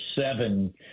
seven